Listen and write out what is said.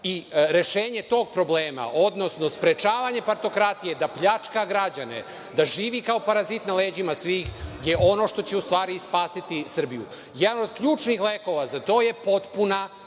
i rešenje tog problema, odnosno sprečavanje partokratije da pljačka građane, da živi kao parazit na leđima svih je ono što će u stvari spasiti Srbiju. Jedan od ključnih lekova za to je potpuna